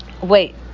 Wait